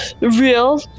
real